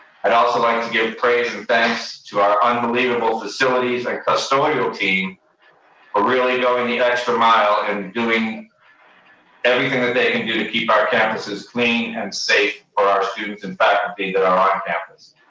i'd also like to give praise and thanks to our unbelievable facilities and custodial team for ah really going the extra mile and doing everything that they can do to keep our campuses clean and safe for our students and faculty that are on campus.